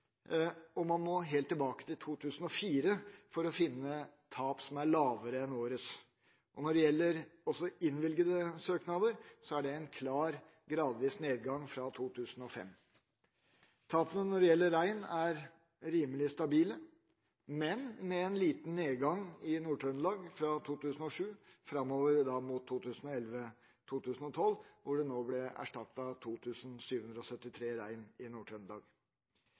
Man må helt tilbake til 2004 for å finne tap som er lavere enn årets. Når det gjelder innvilgede søknader, er det en klar gradvis nedgang fra 2005. Tapene når det gjelder rein, er rimelig stabile, men med en liten nedgang i Nord-Trøndelag fra 2007 og framover mot 2011–2012, da det ble erstattet 2 773 rein i Nord-Trøndelag. Det er ikke observert ulv i Finnmark i